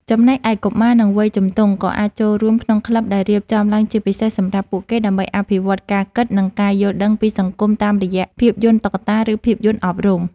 ចំណែកឯកុមារ និងវ័យជំទង់ ក៏អាចចូលរួមក្នុងក្លឹបដែលរៀបចំឡើងជាពិសេសសម្រាប់ពួកគេ ដើម្បីអភិវឌ្ឍការគិត និងការយល់ដឹងពីសង្គមតាមរយៈភាពយន្តតុក្កតា ឬភាពយន្តអប់រំ។